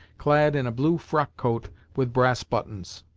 clad in a blue frockcoat with brass buttons.